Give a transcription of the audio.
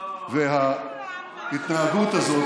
וההתנהגות הזאת,